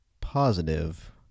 positive